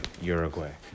Uruguay